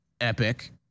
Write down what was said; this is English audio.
epic